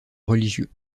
religieux